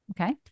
Okay